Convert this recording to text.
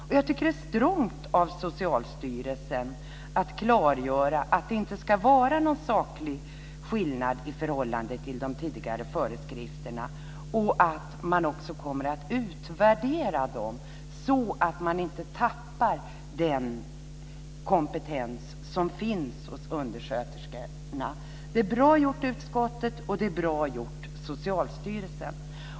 Och jag tycker att det är strongt av Socialstyrelsen att klargöra att det inte ska vara någon saklig skillnad i förhållande till de tidigare föreskrifterna och att man också kommer att utvärdera dem, så att man inte förlorar den kompetens som finns hos undersköterskorna. Det är bra gjort av utskottet, och det är bra gjort av Socialstyrelsen.